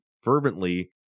fervently